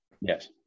Yes